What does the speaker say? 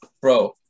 bro